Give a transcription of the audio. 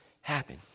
happen